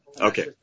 Okay